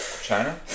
china